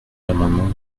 l’amendement